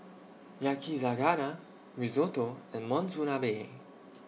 Yakizakana Risotto and Monsunabe